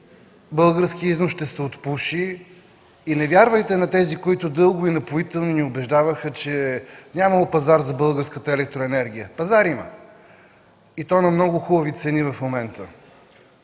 българският износ ще се отпуши. Не вярвайте на тези, които дълго и напоително ни убеждаваха, че нямало пазар за българската електроенергия. Пазар има и то на много хубави цени в момента.